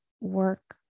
work